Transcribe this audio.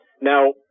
Now